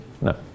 No